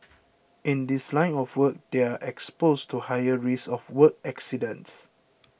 in this line of work they are exposed to higher risk of work accidents